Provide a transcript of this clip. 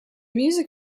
music